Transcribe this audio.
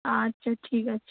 আচ্ছা ঠিক আছে